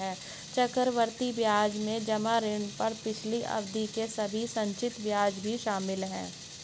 चक्रवृद्धि ब्याज में जमा ऋण पर पिछली अवधि के सभी संचित ब्याज भी शामिल हैं